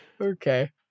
Okay